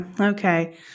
okay